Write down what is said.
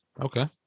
Okay